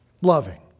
loving